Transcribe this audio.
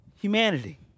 humanity